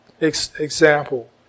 example